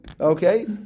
Okay